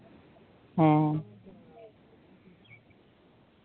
ᱦᱮᱸ